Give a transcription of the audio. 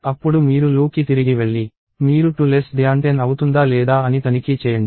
అప్పుడు మీరు లూప్కి తిరిగి వెళ్లి మీరు 2 10 అవుతుందా లేదా అని తనిఖీ చేయండి